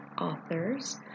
authors